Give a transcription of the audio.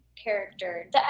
character